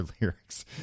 lyrics